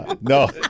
no